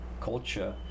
culture